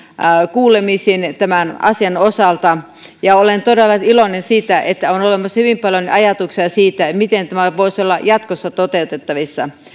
kuulemisiin tämän asian osalta ja olen todella iloinen siitä että on olemassa hyvin paljon ajatuksia siitä miten tämä voisi olla jatkossa toteutettavissa